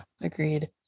agreed